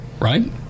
right